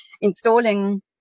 installing